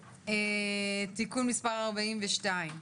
42),